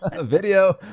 video